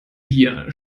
hier